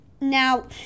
Now